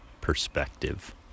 perspective